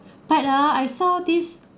but ah I saw this